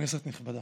כנסת נכבדה,